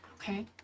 Okay